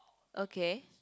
okay